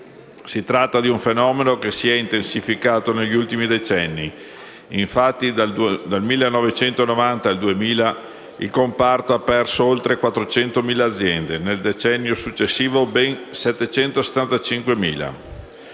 Si tratta di un fenomeno che si è intensificato negli ultimi decenni: dal 1990 al 2000 il comparto ha infatti perso oltre 400.000 aziende e nel decennio successivo ben 775.000.